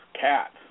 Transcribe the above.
cats